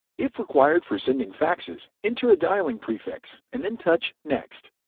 if required for sending faxes, enter a dialing prefix, and then touch next.